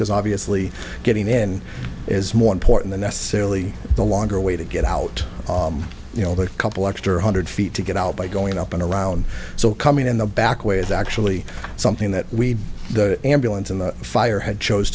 because obviously getting in is more important than necessarily the longer way to get out of a couple extra hundred feet to get out by going up and around so coming in the back way is actually something that we the ambulance and the fire had chose